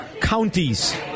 counties